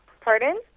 Pardon